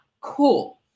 cool